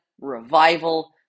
revival